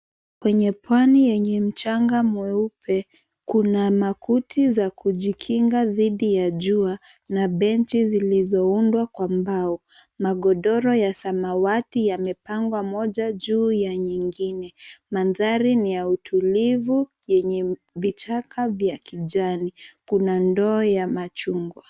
Kwenye pwani yenye mchanga mweupe, kuna makuti za kujikinga dhidi ya jua na benchi zilizoundwa kwa mbao. Magodoro ya samawati yamepangwa moja juu ya nyingine. Mandhari ni ya utulivu yenye vichaka vya kijani. Kuna ndoo ya machungwa.